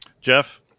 Jeff